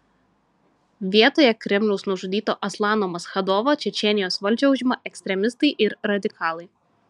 vietoje kremliaus nužudyto aslano maschadovo čečėnijos valdžią užima ekstremistai ir radikalai